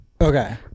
Okay